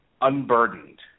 unburdened